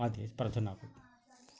ପ୍ରାର୍ଥନା କରୁ